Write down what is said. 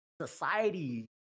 society